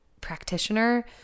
practitioner